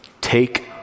Take